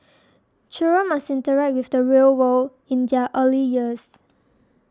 children must interact with the real world in their early years